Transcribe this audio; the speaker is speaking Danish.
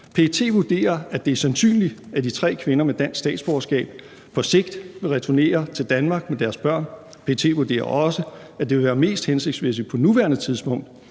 PET vurderer, at det er sandsynligt, at de tre kvinder med dansk statsborgerskab på sigt vil returnere til Danmark med deres børn. PET vurderer også, at det vil være mest hensigtsmæssigt på nuværende tidspunkt